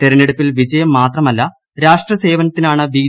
തെരഞ്ഞെടുപ്പിൽ വിജയം മാത്രമല്ല രാഷ്ട്ര സേവനത്തിനാണ് ബി